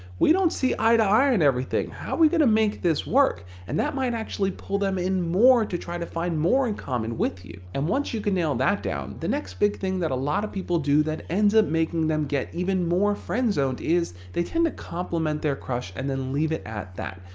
we don't see eye to eye on and everything. how are we gonna make this work? and that might actually pull them in more to try to find more in common with you. and once you can nail that down, the next big thing that a lot of people do that ends up making them get even more friend-zoned is they tend to compliment their crush and then leave it at that.